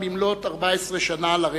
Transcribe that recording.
גם במלאות 14 שנה לרצח?